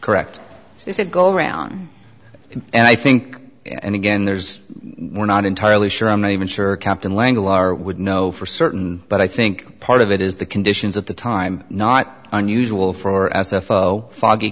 correct he said go around and i think and again there's we're not entirely sure i'm not even sure captain l'engle are would know for certain but i think part of it is the conditions of the time not unusual for us to follow foggy